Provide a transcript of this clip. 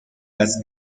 las